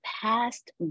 past